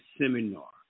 seminar